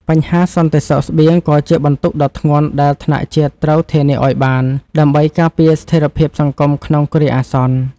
បញ្ហាសន្តិសុខស្បៀងក៏ជាបន្ទុកដ៏ធ្ងន់ដែលថ្នាក់ជាតិត្រូវធានាឱ្យបាន ដើម្បីការពារស្ថិរភាពសង្គមក្នុងគ្រាអាសន្ន។